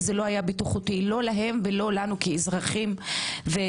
ולא היה בטיחותי לא להם ולא לנו כאזרחים ואזרחיות.